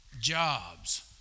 Jobs